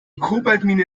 kobaltmine